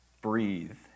breathe